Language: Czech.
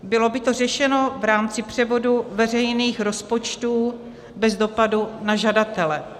Bylo by to řešeno v rámci převodu veřejných rozpočtů bez dopadu na žadatele.